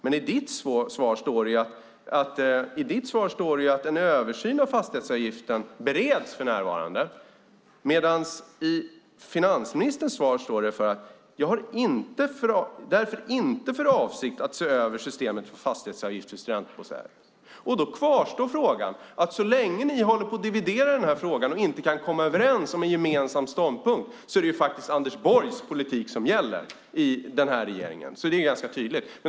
Men i ditt svar sade du att en översyn av fastighetsavgiften bereds för närvarande medan i finansministerns svar framgår att han inte har för avsikt att se över systemet för fastighetsavgifter för studentbostäder. Då kvarstår att så länge ni dividerar i frågan och inte kan komma överens om en gemensam ståndpunkt är det faktiskt Anders Borgs politik som gäller i regeringen. Det är tydligt.